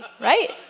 right